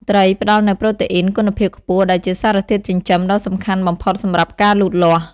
ត្រីផ្តល់នូវ ប្រូតេអ៊ីន គុណភាពខ្ពស់ ដែលជាសារធាតុចិញ្ចឹមដ៏សំខាន់បំផុតសម្រាប់ការលូតលាស់។